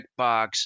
checkbox